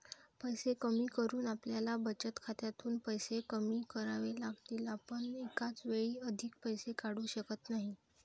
पैसे कमी करून आपल्याला बचत खात्यातून पैसे कमी करावे लागतील, आपण एकाच वेळी अधिक पैसे काढू शकत नाही